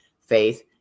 faith